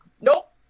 Nope